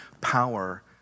power